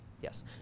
Yes